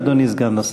אדוני סגן השר.